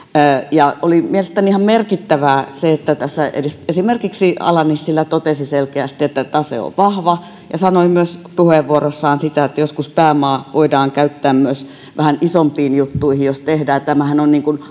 oli mielestäni ihan merkittävää se että tässä esimerkiksi ala nissilä totesi selkeästi että tase on vahva ja sanoi myös puheenvuorossaan sitä että joskus pääomaa voidaan käyttää myös jos tehdään vähän isompia juttuja tämähän on